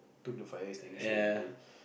took the fire extinguisher already